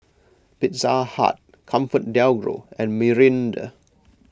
Pizza Hut ComfortDelGro and Mirinda